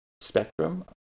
spectrum